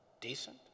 decent